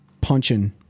punching